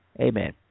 Amen